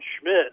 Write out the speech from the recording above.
Schmidt